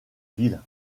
ville